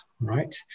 right